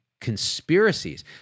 conspiracies